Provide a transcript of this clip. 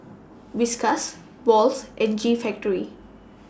Whiskas Wall's and G Factory